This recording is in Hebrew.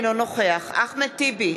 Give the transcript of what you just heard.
אינו נוכח אחמד טיבי,